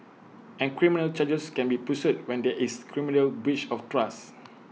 and criminal charges can be pursued when there is criminal breach of trust